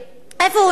איפה הוא נרצח?